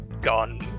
gone